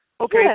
okay